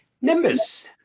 Nimbus